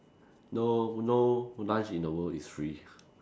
no no lunch in the world is free